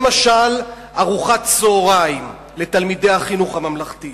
למשל, ארוחת צהריים לתלמידי החינוך הממלכתי,